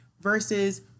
versus